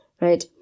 Right